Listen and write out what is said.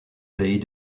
pays